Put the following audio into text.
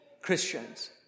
Christians